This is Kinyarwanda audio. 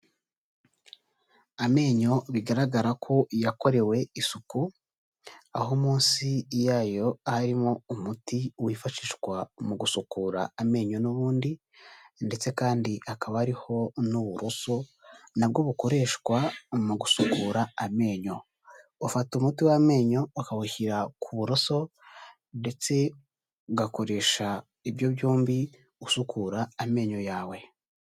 Amenyo bigaragara ko yakorewe isuku, aho munsi yayo harimo umuti wifashishwa mu gusukura amenyo n'ubundi, ndetse kandi hakaba hariho n'uburoso na bwo bukoreshwa mu gusukura amenyo, ufata umuti w'amenyo ukawushyira ku buroso, ndetse ugakoresha ibyo byombi usukura amenyo yawe.